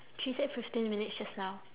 she said fifteen minutes just now